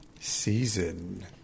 season